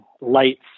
lights